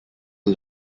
are